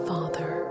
Father